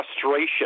frustration